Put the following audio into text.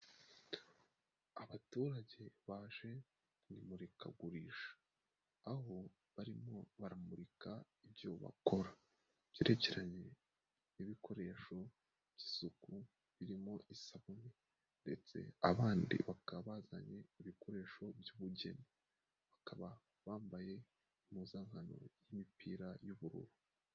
Abaturage baje mu imurikagurisha, aho barimo baramurika ibyo bakora byerekeranye n'ibikoresho by'isuku birimo isabune, ndetse abandi bakaba bazanye ibikoresho by'ubugeni bakaba bambaye impuzankano y'imipira y'ubururu.